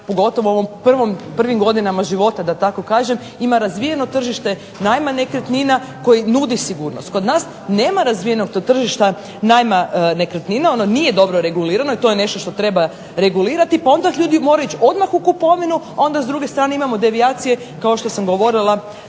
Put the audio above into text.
pogotovo u prvim godinama života da tako kažem, ima razvijeno tržište najma nekretnina koja nudi sigurnost. Kod nas nema razvijenog tog tržišta najma nekretnina, ono nije dobro regulirano i to je nešto što treba regulirati, pa onda ljudi moraju odmah u kupovinu a onda s druge strane imamo devijacije kao što sam govorila